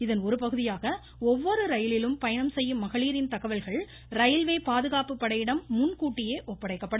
இதன் ஒருபகுதியாக ஒவ்வொரு ரயிலிலும் பயணம் செய்யும் மகளிரின் தகவல்கள் ரயில்வே பாதுகாப்பு படையிடம் முன்கூட்டியே ஒப்படைக்கப்படும்